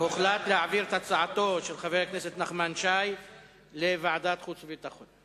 הוחלט להעביר את הצעתו של חבר הכנסת נחמן שי לוועדת חוץ וביטחון.